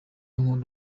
nkunda